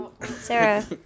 Sarah